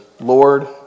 Lord